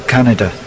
Canada